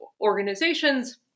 organizations